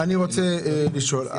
כן אני רוצה לשאול,